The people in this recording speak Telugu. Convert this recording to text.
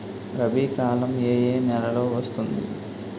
రబీ కాలం ఏ ఏ నెలలో వస్తుంది?